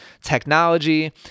technology